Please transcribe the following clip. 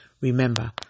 Remember